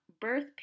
birth